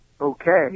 okay